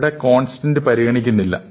ഇവിടെ കോൺസ്റ്റന്റ് പരിഗണിക്കുന്നില്ല